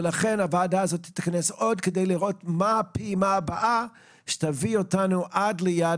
ולכן הוועדה תתכנס שוב כדי לראות מה הפעימה הבאה שתביא אותנו עד ליעד